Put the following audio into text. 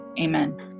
amen